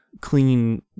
clean